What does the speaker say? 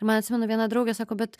man atsimenu viena draugė sako bet